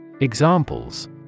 Examples